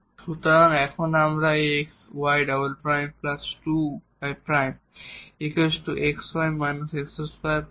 সুতরাং এখন আমরা এই xy " 2y' xy x2 2 পাব